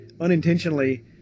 unintentionally